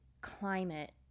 climate